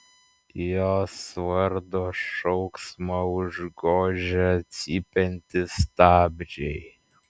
jos vardo šauksmą užgožia cypiantys stabdžiai